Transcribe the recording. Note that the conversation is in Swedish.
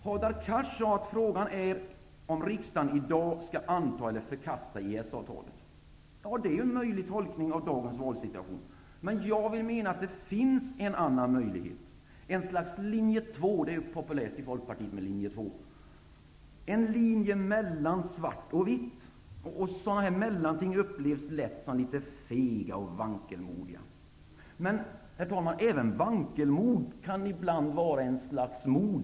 Hadar Cars sade att frågan är om riksdagen i dag skall anta eller förkasta EES-avtalet. Det är en möjlig tolkning av dagens valsituation, men jag menar att det finns en annan möjlighet, en slags linje två. Det är ju populärt i Folkpartiet med linje två. Det är en linje mellan svart och vitt. Mellanting upplevs lätt som litet fega och vankelmodiga. Men, herr talman, även vankelmod kan ibland vara ett slags mod.